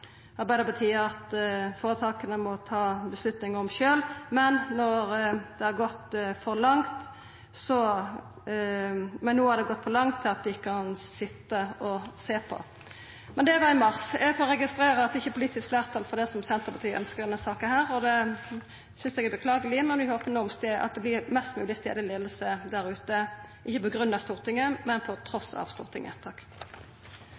at foretaka må ta avgjerd om sjølve. «Men nå har det gått for langt til at vi kan sitte og se på», sa Micaelsen. Men det var i mars. Eg får registrera at det ikkje er politisk fleirtal for det som Senterpartiet ønskjer i denne saka. Det synest eg er beklageleg, men eg håpar at det vert mest mogleg stadleg leiing der ute, ikkje på grunn av Stortinget, men